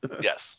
Yes